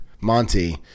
Monty